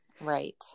Right